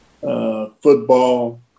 football